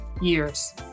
years